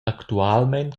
actualmein